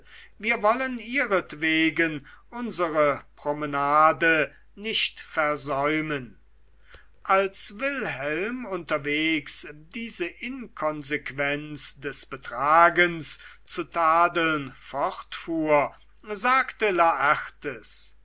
wir wollen ihretwegen unsere promenade nicht versäumen als wilhelm unterwegs diese inkonsequenz des betragens zu tadeln fortfuhr sagte laertes